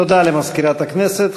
תודה למזכירת הכנסת.